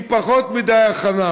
עם פחות מדי הכנה,